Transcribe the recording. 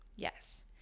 Yes